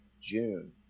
June